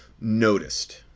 noticed